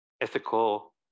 Ethical